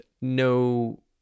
No